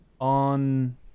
on